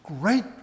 great